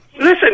Listen